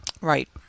Right